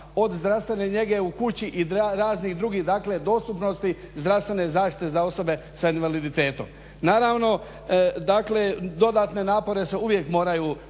od zdravstvene njege u kući i raznih drugih, dakle dostupnosti zdravstvene zaštite za osobe sa invaliditetom. Naravno, dakle dodatne napore su uvijek moraju tu